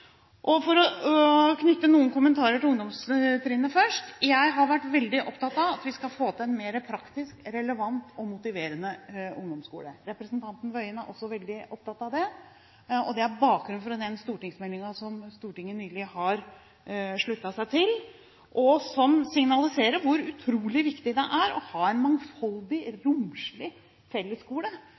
knytte noen kommentarer til ungdomstrinnet først. Jeg har vært veldig opptatt av at vi skal få til en mer praktisk, relevant og motiverende ungdomsskole. Representanten Tingelstad Wøien er også veldig opptatt av det. Det er bakgrunnen for den stortingsmeldingen som Stortinget nylig har sluttet seg til, og som signaliserer hvor utrolig viktig det er å ha en mangfoldig og romslig fellesskole